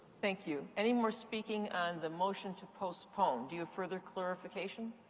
thank you. any more speaking on the motion to postpone? do you have further clarification?